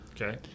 Okay